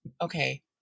okay